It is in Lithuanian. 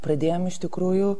pradėjom iš tikrųjų